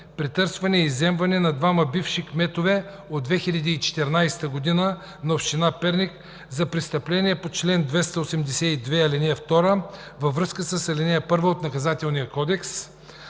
претърсване и изземване на двама бивши кметове от 2014 г. на община Перник за престъпления по чл. 282, ал. 2 във връзка с ал. 1 от Наказателния кодекс.